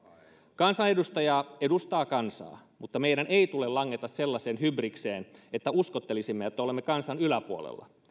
kansanedustaja edustaa kansaa mutta meidän ei tule langeta sellaiseen hybrikseen että uskottelisimme että olemme kansan yläpuolella